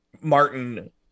martin